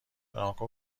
برانکو